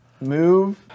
move